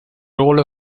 role